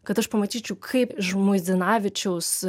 kad aš pamatyčiau kaip žmuidzinavičiaus